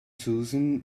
susan